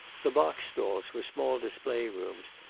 the box-stalls were small display-rooms,